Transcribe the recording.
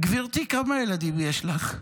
גברתי, כמה ילדים יש לך?